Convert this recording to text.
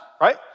right